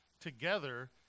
Together